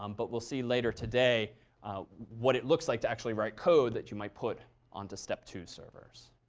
um but we'll see later today what it looks like to actually write code that you might put on to step two servers.